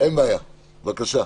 אין בעיה, בבקשה.